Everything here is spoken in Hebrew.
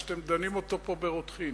שאתם דנים אותו פה ברותחין.